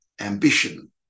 ambition